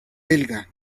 belga